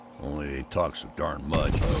only they talk so darn much.